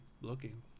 looking